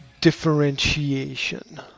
differentiation